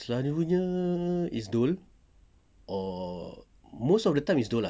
selalunya is dol or most of the time is dol lah